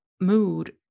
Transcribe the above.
mood